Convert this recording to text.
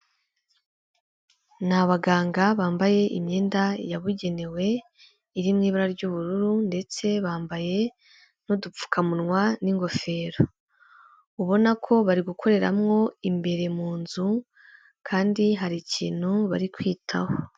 Ni abaganga bambaye imyenda yabugenewe iri mu ibara ry'ubururu ndetse bambaye n'udupfukamunwa n'ingofero ubona ko bari gukoreramwo imbere mu nzu kandi hari ikintu bari kwitaho.